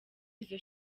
izo